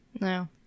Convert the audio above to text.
No